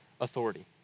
authority